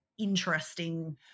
interesting